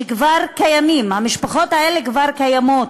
שכבר קיימות, המשפחות האלה כבר קיימות,